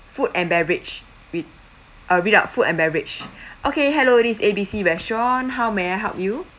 food and beverage with uh without food and beverage okay hello this is A_B_C restaurant how may I help you